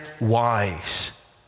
wise